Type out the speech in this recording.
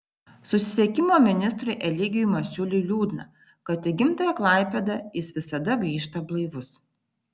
susisiekimo ministrui eligijui masiuliui liūdna kad į gimtąją klaipėdą jis visada grįžta blaivus